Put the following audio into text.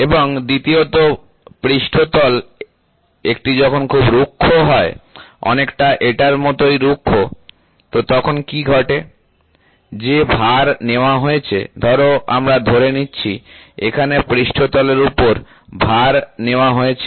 এবং দ্বিতীয়ত পৃষ্ঠতল একটি যখন খুব রুক্ষ হয় অনেকটা এটার মতোই রুক্ষ তো তখন কি ঘটে যে ভার নেওয়া হয়েছে ধরো আমরা ধরে নিচ্ছি এখানে পৃষ্ঠতলের উপর ভার নেওয়া হয়েছে